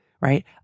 right